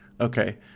Okay